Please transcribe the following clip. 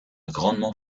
grandement